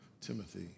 Timothy